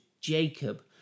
Jacob